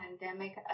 pandemic